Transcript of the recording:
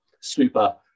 super